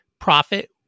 profit